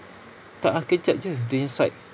tak ah sekejap jer pergi site